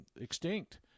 extinct